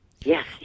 Yes